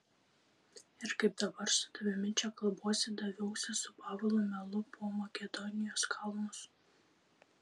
ir kaip dabar su tavimi čia kalbuosi daviausi su pavlu melu po makedonijos kalnus